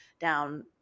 down